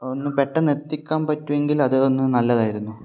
ഒന്നു പെട്ടെന്ന് എത്തിക്കാൻ പറ്റുമെങ്കിൽ അതൊന്ന് നല്ലതായിരുന്നു